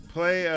Play